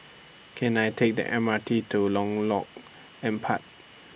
Can I Take The M R T to Empat